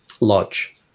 Lodge